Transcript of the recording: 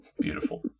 Beautiful